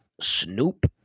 Snoop